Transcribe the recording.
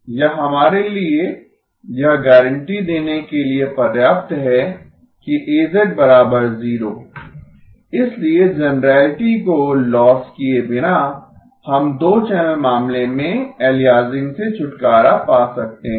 यह हमारे लिए यह गारंटी देने के लिए पर्याप्त है कि A 0 इसलिए जनरैलिटी को लॉस किये बिना हम दो चैनल मामले में अलियासिंग से छुटकारा पा सकते हैं